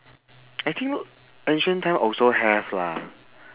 I think ancient time also have lah